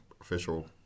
official